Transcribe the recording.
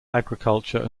agriculture